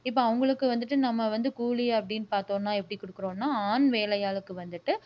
இப்போ அவங்களுக்கு வந்துட்டு நம்ம வந்து கூலி அப்படின்னு பார்த்தோன்னா எப்படி கொடுக்குறோன்னா ஆண் வேலை ஆளுக்கு வந்துட்டு